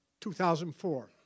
2004